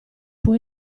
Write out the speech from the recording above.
può